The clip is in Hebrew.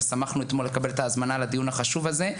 ושמחנו אתמול לקבל את ההזמנה לדיון החשוב הזה.